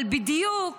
אבל בדיוק